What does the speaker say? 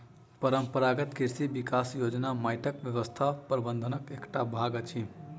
परंपरागत कृषि विकास योजना माइटक स्वास्थ्य प्रबंधनक एकटा भाग अछि